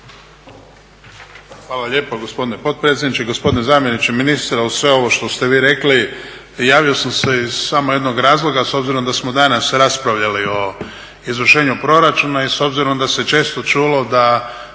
Hvala lijepa gospodine potpredsjedniče. Gospodine zamjeniče ministra uz sve ovo što ste vi rekli javio sam se iz samo jednog razloga, s obzirom da smo danas raspravljali o izvršenju proračuna i s obzirom da se često čulo da